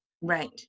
Right